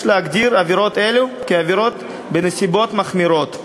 יש להגדיר עבירות אלו כעבירות בנסיבות מחמירות.